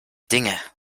dinge